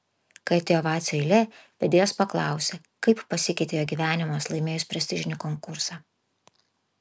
kai atėjo vacio eilė vedėjas paklausė kaip pasikeitė jo gyvenimas laimėjus prestižinį konkursą